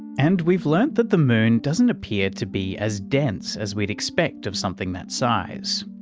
and we've learnt that the moon doesn't appear to be as dense as we'd expect of something that size.